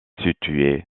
située